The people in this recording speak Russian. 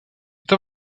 это